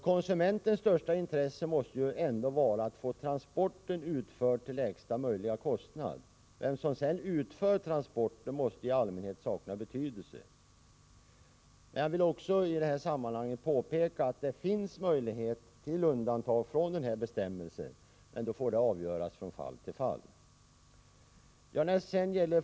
Konsumentens största intresse måste ju ändå vara att få transporten utförd till lägsta möjliga kostnad. Vem som sedan utför transporten måste i allmänhet sakna betydelse. Jag vill emellertid också i detta sammanhang påpeka att det finns möjlighet till undantag från den här bestämmelsen, men det får då avgöras från fall till fall.